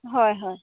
হয় হয়